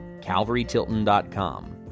calvarytilton.com